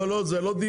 לא, לא, זה לא דיון.